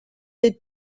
est